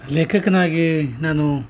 ಲೇಖಕನಾಗಿ ನಾನು